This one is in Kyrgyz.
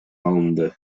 алынды